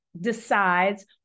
decides